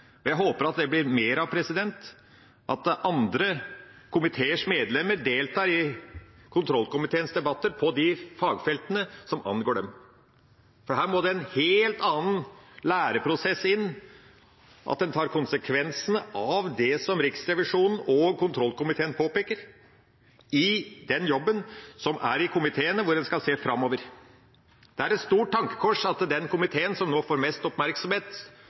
og jeg håper det blir mer av at andre komiteers medlemmer deltar i kontrollkomiteens debatter, på de fagfeltene som angår dem. Her må det inn en helt annen læreprosess. Man må ta konsekvensene av det som Riksrevisjonen og kontrollkomiteen påpeker, i den jobben som gjøres i komiteene, hvor man skal se framover. Det er et stort tankekors at den komiteen som nå får mest oppmerksomhet, er den komiteen som skal se bakover, mens det som trengs, er størst oppmerksomhet